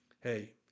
Hey